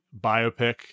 biopic